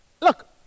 Look